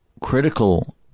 critical